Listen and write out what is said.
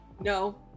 no